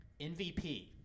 MVP